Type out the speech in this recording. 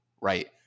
right